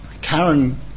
Karen